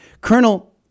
Colonel